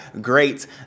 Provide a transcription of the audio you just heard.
great